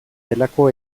delako